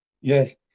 Yes